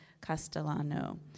Castellano